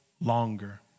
longer